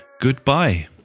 Goodbye